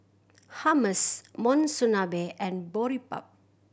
Hummus Monsunabe and Boribap